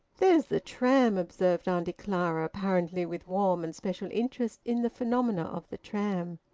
there's the tram! observed auntie clara, apparently with warm and special interest in the phenomena of the tram.